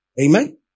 Amen